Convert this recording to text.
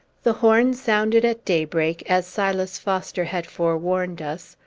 the horn sounded at daybreak, as silas foster had forewarned us,